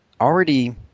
already